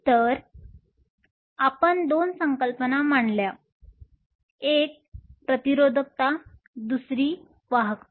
तर आपण दोन संकल्पना मांडल्या आहेत एक प्रतिरोधकता दुसरी वाहकता